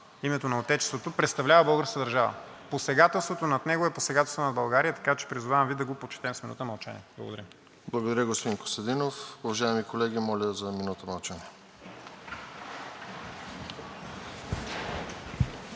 името на Отечеството, представлява българската държава. Посегателството над него е посегателство над България, така че Ви призовавам да го почетем с минута мълчание. Благодаря. ПРЕДСЕДАТЕЛ РОСЕН ЖЕЛЯЗКОВ: Благодаря, господин Костадинов. Уважаеми колеги, моля за минута мълчание.